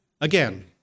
Again